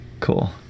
Cool